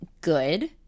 good